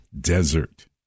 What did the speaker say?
desert